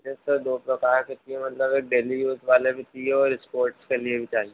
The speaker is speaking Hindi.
मुझे सर दो प्रकार के चाहिए मतलब एक डेली यूज़ वाले भी चाहिए और इस्पोर्ट्स के लिए भी चाहिए